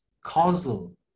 causal